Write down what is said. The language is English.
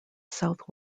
south